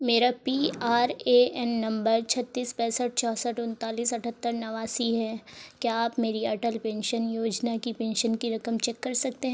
میرا P R A N number چھتیس پینسٹھ چونسٹھ انتالیس اٹہتر نواسی ہے کیا آپ میری اٹل پینشن یوجنا کی پینشن کی رقم چیک کر سکتے ہیں